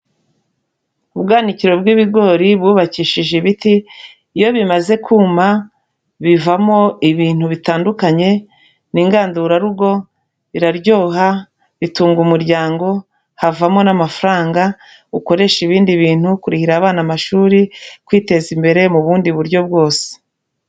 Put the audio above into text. Ubwanwanikiro bw'ibigori bubakishije ibiti, iyo bimaze kuma bivamo ibintu bitandukanye, ni ingandurarugo, biraryoha, bitunga umuryango, havamo n'amafaranga ukoresha ibindi bintu kurihira abana amashuri, kwiteza imbere mu bundi buryo bwose.